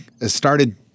started